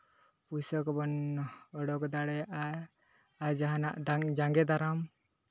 ᱯᱩᱭᱥᱟᱹ ᱠᱚᱵᱚᱱ ᱚᱰᱳᱠ ᱫᱟᱲᱮᱭᱟᱜᱼᱟ ᱟᱨ ᱡᱟᱦᱟᱱᱟᱜ ᱡᱟᱸᱜᱮ ᱫᱟᱨᱟᱢ